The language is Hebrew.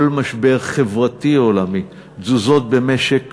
כל משבר חברתי עולמי, תזוזות במשק